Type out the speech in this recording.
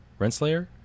Renslayer